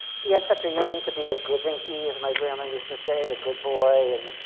he had such a yearning to be the goodinky, as my grandma used to say, the good boy